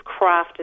crafted